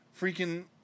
freaking